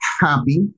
happy